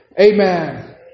Amen